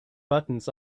buttons